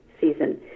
season